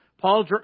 Paul